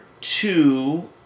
two